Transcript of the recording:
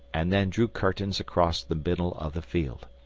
and then drew curtains across the middle of the field.